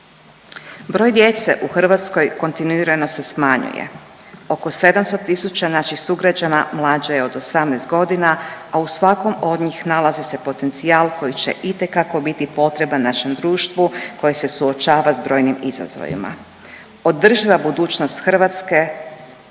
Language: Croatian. Broj djece u Hrvatskoj kontinuirano se smanjuje. Oko 700000 naših sugrađana mlađe je od 18 godina, a u svakom od njih nalazi se potencijal koji će itekako biti potreban našem društvu koje se suočava sa brojnim izazovima. Održiva budućnost Hrvatske